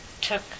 took